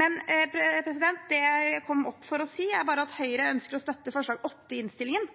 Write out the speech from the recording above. Men det jeg kom opp for å si, er at Høyre ønsker å støtte forslag nr. 8 i innstillingen,